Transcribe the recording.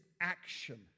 action